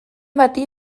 bati